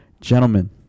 Gentlemen